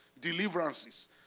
deliverances